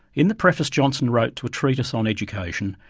in the preface johnson wrote to a treatise on education,